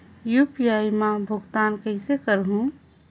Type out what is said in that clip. UPI मा भुगतान कइसे करहूं?